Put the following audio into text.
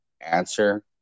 answer